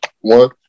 one